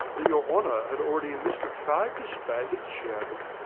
that your honour had already enlisted five disbanded chairmen,